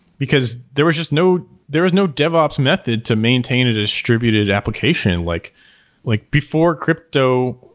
because there was just no there is no devops method to maintain a distributed application like like before crypto,